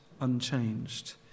unchanged